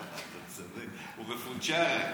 אתה צודק, הוא מפונצ'ר.